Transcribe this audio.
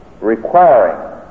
requiring